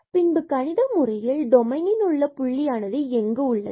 பின்பு கணித முறையில் டொமைனிலுள்ள புள்ளியானது எங்கு உள்ளது